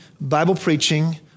Bible-preaching